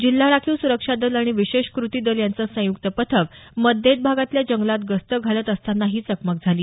जिल्हा राखीव सुरक्षा दल आणि विशेष कृती दल यांचं संयुक्त पथक मद्देद भागातल्या जंगलात गस्त घालत असताना ही चकमक झाली